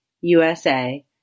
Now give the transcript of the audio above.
USA